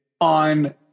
on